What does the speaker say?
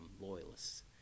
loyalists